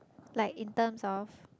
like in terms of